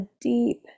deep